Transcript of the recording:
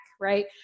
right